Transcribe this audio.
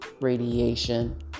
radiation